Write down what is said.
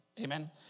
Amen